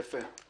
יפה.